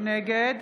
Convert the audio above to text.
נגד